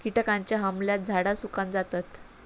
किटकांच्या हमल्यात झाडा सुकान जातत